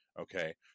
okay